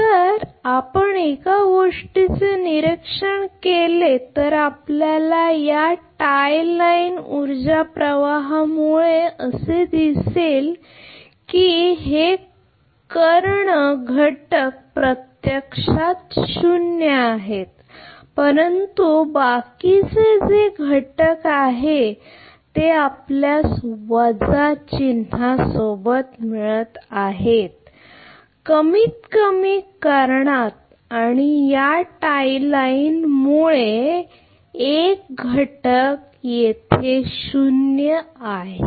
जर आपण एका गोष्टीचे निरीक्षण केले तर आपल्याला या टाय लाइन ऊर्जा प्रवाहामुळे दिसेल की हे एक कर्ण घटक प्रत्यक्षात शून्य आहे परंतु बाकीचे जे घटक आहे ते आपल्यास वजा चिन्हा सोबत मिळतात आहे कमीतकमी कर्णात आणि या टाय लाइन मुळे एक घटक येथे शून्य आहे